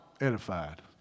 edified